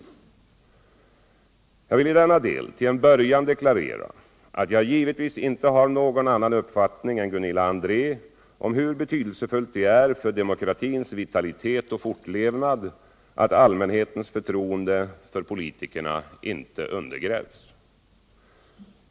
Jag vill i denna del till en början deklarera att jag givetvis inte har någon annan uppfattning än Gunilla André om hur betydelsefullt det är för demokratins vitalitet och fortlevnad att allmänhetens förtroende för politikerna inte undergrävs.